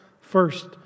first